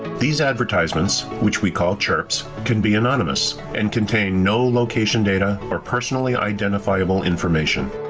these advertisements, which we call chirps, can be anonymous and contain no location data or personally identifiable information.